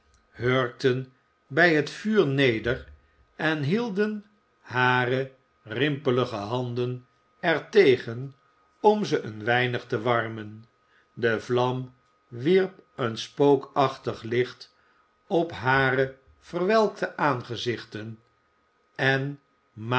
hurkten bij het vuur neder en hielden hare rimpelige handen er tegen om ze een weinig te warmen de vlam wierp een spookachtig licht op hare verwelkte aangezichten en